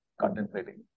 contemplating